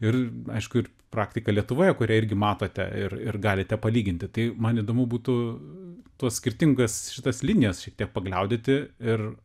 ir aišku ir praktika lietuvoje kurią irgi matote ir ir galite palyginti tai man įdomu būtų tuos skirtingas šitas linijas šiek tiek pagliaudyti ir